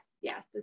yes